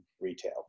retail